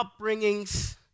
upbringings